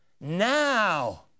now